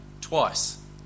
twice